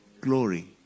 glory